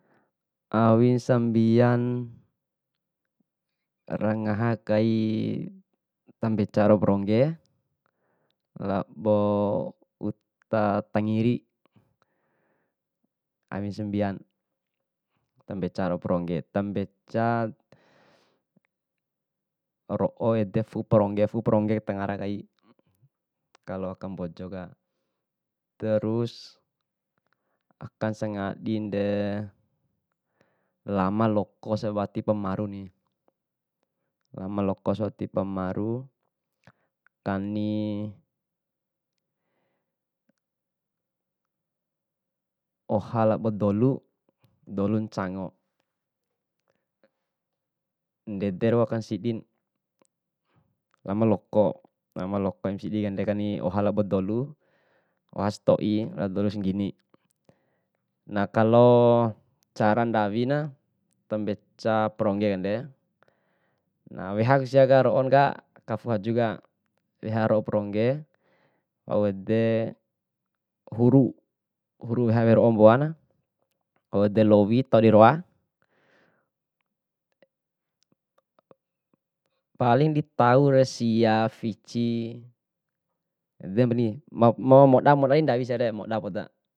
Awin sambian, rangaha kai ta mbeca ro'o prongge lao uta tangiri, awi sambian ta mbeca ro'o prongge, ta mbeca ro'o ede fu'u prongge tangara kai kalo aka mbojoka. Trus akan sengadide lama loko sewatipu maruni, lama loko sawatipu maru, kani oha labo dolu, dolu ncango, ndede rau aka sidin, lama loko, lama loko ama sidi kani oha labo dolo, oha satoi lao dolu sanggini. Nah kalo cara ndawina ta mbeca pronggende, weha siaka ro'onka aka fu'u haju, weha ro'o prongge, wau ede huru, huru weha ro'o mpoana, wau ede lowi tau di roa paling ditaure sia, fici, edepani ma- ma- ma moda, moda di ndawi siare, moda poda.